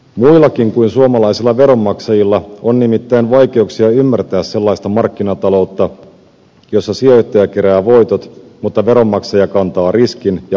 muillakin kuin suomalaisilla veronmaksajilla on nimittäin vaikeuksia ymmärtää sellaista markkinataloutta jossa sijoittaja kerää voitot mutta veronmaksaja kantaa riskin ja maksaa tappiot